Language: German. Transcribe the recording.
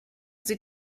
sie